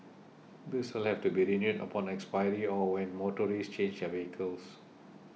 this will have to be renewed upon expiry or when motorists change their vehicles